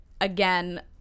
Again